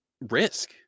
risk